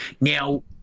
Now